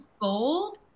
gold